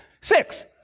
Six